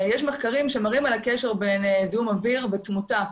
יש מחקרים שמראים את הקשר בין זיהום אוויר ותמותה,